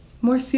more